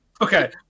Okay